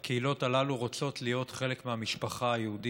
הקהילות הללו רוצות להיות חלק מהמשפחה היהודית,